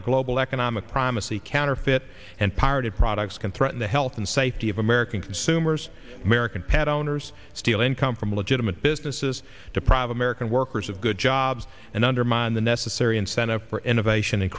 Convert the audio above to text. our global economic primacy counterfeit and pirated products can threaten the health and safety of american consumers american pet owners steal income from legitimate businesses deprive american workers of good jobs and undermine the necessary incentive for innovation and